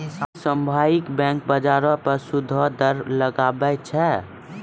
कि सामुहिक बैंक, बजारो पे सूदो दर लगाबै छै?